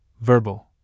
verbal